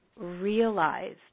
realized